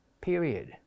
period